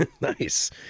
Nice